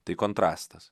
tai kontrastas